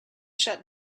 shut